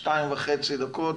שתיים וחצי דקות,